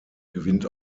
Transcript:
gewinnt